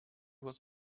was